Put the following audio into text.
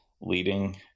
leading